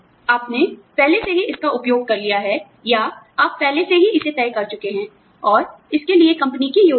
आपने पहले ही इसका उपयोग कर लिया है या आप पहले से ही इसे तय कर चुके हैं और इसके लिए कंपनी की योजना है